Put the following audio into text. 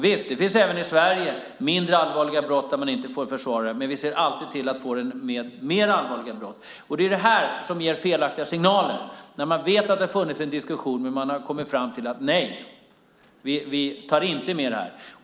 Visst finns det även i Sverige mindre allvarliga brott där man inte får försvarare, men vi ser alltid till att man får det vid mer allvarliga brott. Det är det här som ger felaktiga signaler. Man vet att det har funnits en diskussion, men man har kommit fram till: Nej, vi tar inte med det här.